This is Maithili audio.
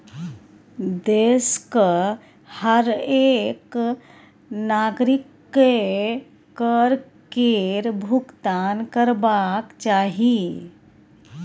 देशक हरेक नागरिककेँ कर केर भूगतान करबाक चाही